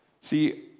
See